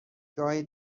گاهی